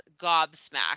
gobsmacked